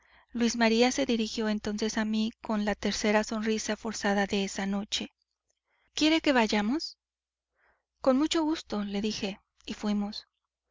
luis maría se dirigió entonces a mí con la tercera sonrisa forzada de esa noche quiere que vayamos con mucho gusto le dije y fuimos